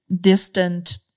distant